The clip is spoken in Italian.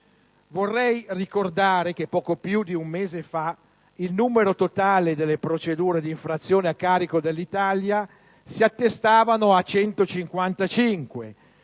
Vorrei ricordare che poco più di un mese fa, il numero totale delle procedure di infrazione a carico dell'Italia si attestava a 155,